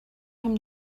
him